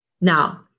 Now